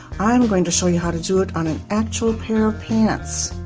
i'm going to show you how to do it on an actual pair of pants.